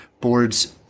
boards